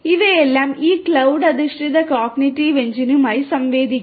ഇവയെല്ലാം ഈ ക്ലൌഡ് അധിഷ്ഠിത കോഗ്നിറ്റീവ് എഞ്ചിനുമായി സംവദിക്കുന്നു